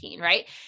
Right